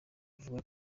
avuga